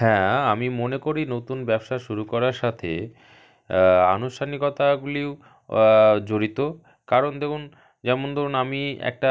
হ্যাঁ আমি মনে করি নতুন ব্যবসা শুরু করার সাথে আনুষ্ঠানিকতাগুলিও জড়িত কারণ দেখুন যেমন ধরুন আমি একটা